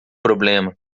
problema